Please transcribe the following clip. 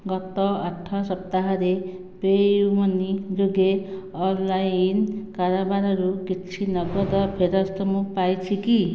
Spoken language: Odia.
ଗତ ଆଠ ସପ୍ତାହରେ ପେ'ୟୁ ମନି ଯୋଗେ ଅନ୍ଲାଇନ୍ କାରବାରରୁ କିଛି ନଗଦ ଫେରସ୍ତ ମୁଁ ପାଇଛି କି